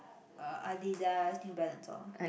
uh Adidas New Balance all